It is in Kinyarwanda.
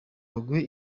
baguhe